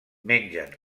mengen